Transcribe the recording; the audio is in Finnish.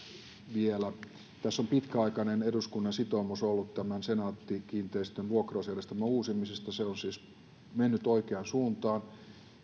vielä tässä on ollut pitkäaikainen eduskunnan sitoumus senaatti kiinteistöjen vuokrausjärjestelmän uusimisesta se on siis mennyt oikeaan suuntaan